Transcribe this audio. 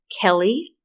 Kelly